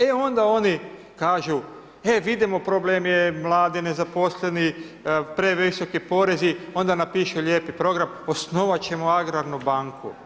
E onda, oni kažu, e vidimo problem je, mladi, nezaposleni, previsoki porezi, onda napišu lijepi program, osnovati ćemo Agrarnu banku.